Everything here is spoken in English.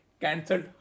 cancelled